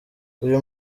uyu